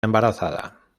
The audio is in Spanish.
embarazada